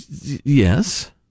Yes